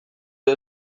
edo